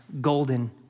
golden